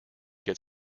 get